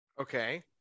Okay